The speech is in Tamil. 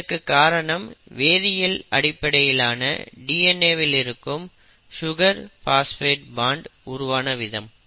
இதற்கு காரணம் வேதியியல் அடிப்படையிலான DNA வில் இருக்கும் சுகர் பாஸ்பேட் பாண்ட் உருவான விதம்